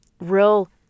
real